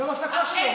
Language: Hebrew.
זאת המסכה שלו.